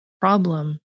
problem